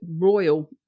royal